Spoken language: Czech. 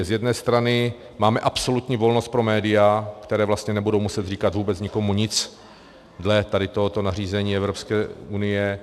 Z jedné strany máme absolutní volnost pro média, která vlastně nebudou muset říkat nikomu nic dle tady toho nařízení Evropské unie.